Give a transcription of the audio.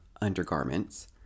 undergarments